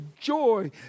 joy